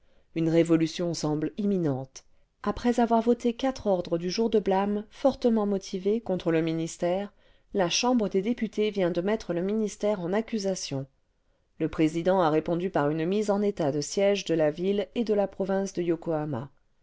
une révolution semble imminente après avoir voté quatre ordres du jour de blâme fortement motivés contre le ministère la chambre des députés vient de mettre le ministère en accusation le président a répondu par une mise en état de siège de la ville et de la province de yokohama